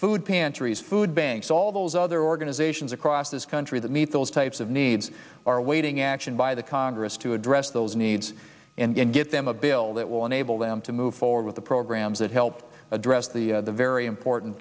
food pantries food banks all those other organizations across this country that meet those types of needs are awaiting action by the congress to address those needs and get them a bill that will enable them to move forward with the programs that help address the very important